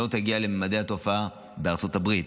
שלא תגיע לממדי התופעה בארצות הברית.